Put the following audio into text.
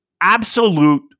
absolute